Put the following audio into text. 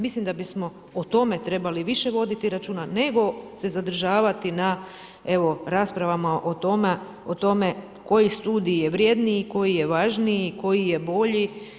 Mislim da bismo o tome trebali više voditi računa, nego se zadržavati na raspravama o tome, koji studij je vrjedniji, koji je važniji, koji je bolji.